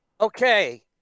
Okay